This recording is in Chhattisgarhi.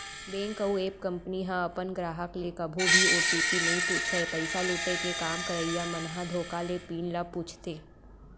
बेंक अउ ऐप कंपनी ह अपन गराहक ले कभू भी ओ.टी.पी नइ पूछय, पइसा लुटे के काम करइया मन ह धोखा ले पिन ल पूछथे